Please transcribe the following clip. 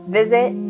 visit